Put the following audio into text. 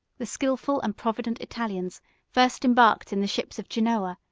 the skilful and provident italians first embarked in the ships of genoa,